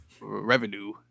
revenue